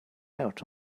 out